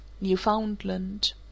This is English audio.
Newfoundland